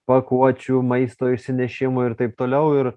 pakuočių maisto išsinešimui ir taip toliau ir